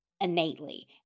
innately